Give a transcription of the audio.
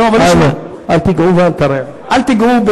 אל תיגעו,